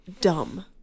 dumb